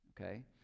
okay